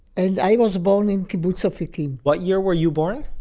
and i was born in kibbutz afikim what year were you born?